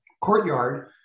courtyard